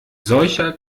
solche